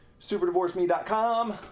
SuperDivorceMe.com